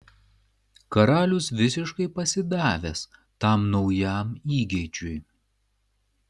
karalius visiškai pasidavęs tam naujam įgeidžiui